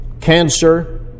cancer